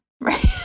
Right